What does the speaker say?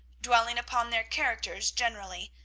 dwelling upon their characters generally,